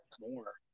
more